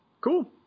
Cool